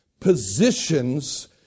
positions